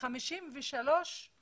53%